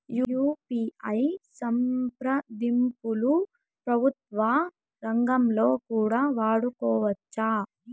UPI సంప్రదింపులు ప్రభుత్వ రంగంలో కూడా వాడుకోవచ్చా?